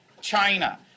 China